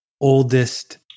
oldest